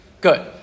Good